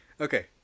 Okay